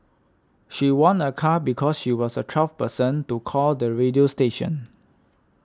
she won a car because she was the twelfth person to call the radio station